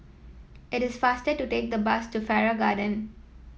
it is faster to take the bus to Farrer Garden